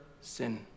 sin